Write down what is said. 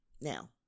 Now